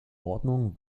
ordnung